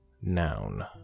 Noun